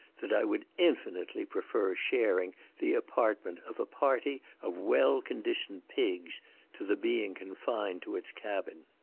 that i would infinitely prefer sharing the apartment of a party of well conditioned pigs to the being confined to its cabin.